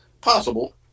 Possible